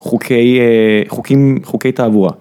חוקי... חוקים, חוקי תעבורה.